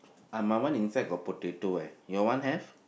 uh my one inside got potato eh your one have